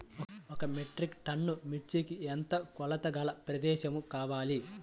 ఒక metric ton మిర్చికి ఎంత కొలతగల ప్రదేశము కావాలీ?